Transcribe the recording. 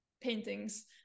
paintings